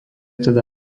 teda